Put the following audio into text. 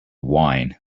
wine